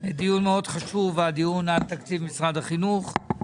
דיון מאוד חשוב, הדיון על תקציב משרד החינוך.